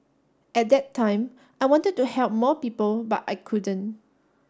at that time I wanted to help more people but I couldn't